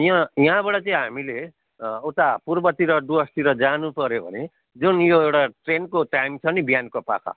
यहाँ यहाँबाट चाहिँ हामीले उता पूर्वतिर डुवर्सतिर जानुपर्यो भने जुन यो एउटा ट्रेनको टाइम छ नि बिहानको पख